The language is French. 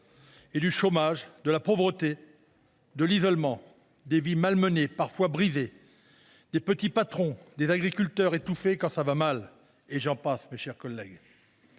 ; du chômage, de la pauvreté, de l’isolement, des vies malmenées – parfois brisées –, des petits patrons et des agriculteurs étouffés quand cela va mal. J’en passe, mes chers collègues.